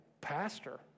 pastor